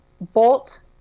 Bolt